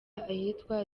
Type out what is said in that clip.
ahitwa